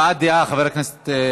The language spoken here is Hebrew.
הבעת דעה, חבר הכנסת,